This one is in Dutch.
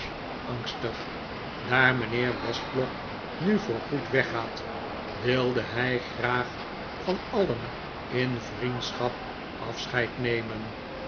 angstig daar mijnheer westlock nu voor goed weggaat wilde hij graag van alien in vriendschap afscheid nemen